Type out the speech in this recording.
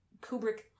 Kubrick